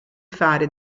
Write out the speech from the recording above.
fare